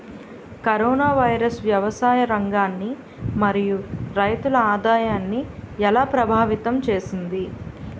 Corona virus వ్యవసాయ రంగాన్ని మరియు రైతుల ఆదాయాన్ని ఎలా ప్రభావితం చేస్తుంది?